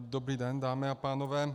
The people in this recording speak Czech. Dobrý den, dámy a pánové.